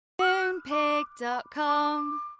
Moonpig.com